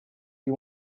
you